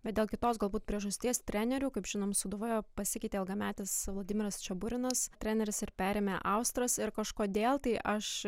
bet dėl kitos galbūt priežasties trenerių kaip žinom sūduva pasikeitė ilgametis vladimiras čeburinas treneris ir perėmė austras ir kažkodėl tai aš